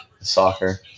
soccer